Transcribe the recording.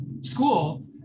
school